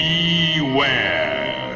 Beware